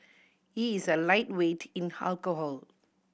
he is a lightweight in alcohol